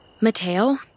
Mateo